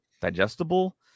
digestible